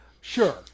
sure